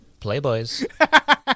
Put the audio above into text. Playboys